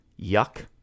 yuck